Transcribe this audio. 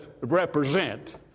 represent